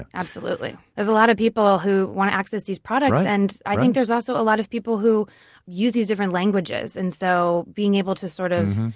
absolutely. there's a lot of people who want to access these products. and i think there's also a lot of people who use these different languages. and so being able to sort of,